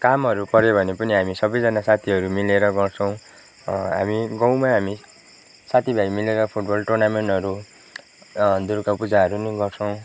कामहरू पऱ्यो भने पनि हामी सबैजना साथीहरू मिलेर गर्छौँ हामी गाउँमा हामी साथीभाइ मिलेर फुटबल टोर्नामेन्टहरू दुर्गा पूजाहरू पनि गर्छौँ